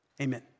Amen